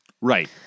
Right